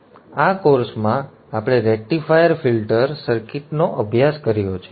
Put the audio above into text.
આ કોર્સ માં અમે રેક્ટિફાયર ફિલ્ટર સર્કિટ નો અભ્યાસ કર્યો છે